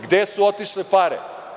Gde su otišle pare?